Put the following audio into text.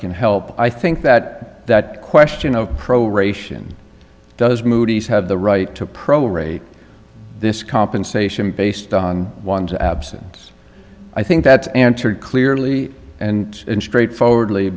can help i think that that question of proration does moody's have the right to pro rate this compensation based on one's absence i think that's answered clearly and straightforwardly